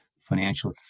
financial